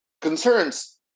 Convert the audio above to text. concerns